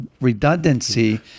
redundancy